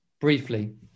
Briefly